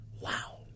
Wow